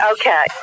Okay